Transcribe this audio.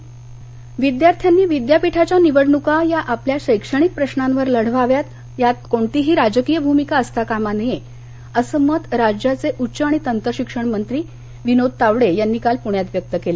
तावडे विद्यार्थ्यांनी विद्यापीठाच्या निवडणुका या आपल्या शैक्षणिक प्रश्नांवर लढवाव्यात यात कोणतीही राजकीय भूमिका असता कामा नये असं मत राज्याचे उच्च आणि तंत्रशिक्षण मंत्री विनोद तावडे यांनी काल पुण्यात व्यक्त केलं